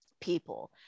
people